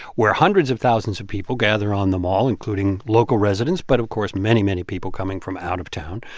where hundreds of thousands of people gather on the mall, including local residents but, of course, many, many people coming from out of town.